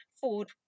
Ford